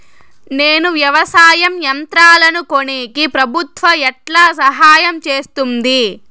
నేను వ్యవసాయం యంత్రాలను కొనేకి ప్రభుత్వ ఎట్లా సహాయం చేస్తుంది?